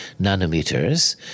nanometers